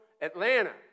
Atlanta